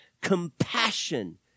compassion